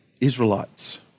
Israelites